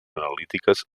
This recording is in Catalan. analítiques